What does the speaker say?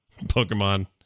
Pokemon